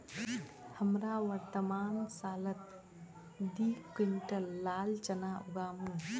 हमरा वर्तमान सालत दी क्विंटल लाल चना उगामु